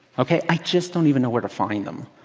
ok. i just don't even know where to find them.